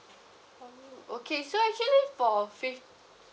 okay so actually for fifty